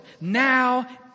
now